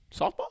softball